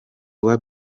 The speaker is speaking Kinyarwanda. rwa